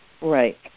Right